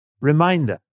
reminder